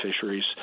fisheries